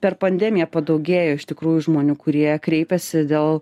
per pandemiją padaugėjo iš tikrųjų žmonių kurie kreipiasi dėl